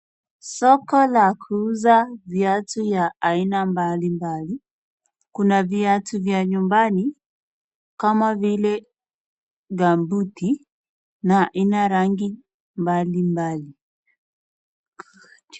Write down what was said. Soko la kuuza viatu vya aina mbalimbali, Kuna viatu vya nyumbani kama vile kambuti na Ina rangi mbalimbali.